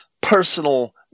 personal